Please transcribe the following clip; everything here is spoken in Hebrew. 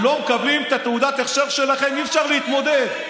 אם לא מקבלים את תעודת ההכשר שלכם אי-אפשר להתמודד,